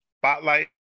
Spotlight